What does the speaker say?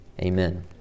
Amen